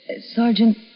Sergeant